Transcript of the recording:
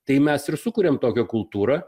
tai mes ir sukuriam tokią kultūrą